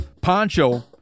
Poncho